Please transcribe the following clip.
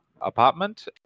apartment